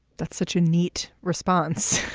that's such a neat response.